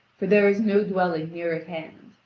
for there is no dwelling near at hand.